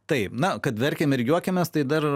taip na kad verkiam ir juokiamės tai dar